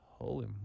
Holy